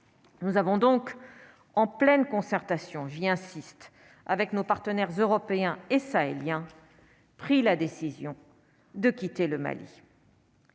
nous avons donc en pleine concertation vient insiste avec nos partenaires européens et sahéliens pris la décision de quitter le Mali.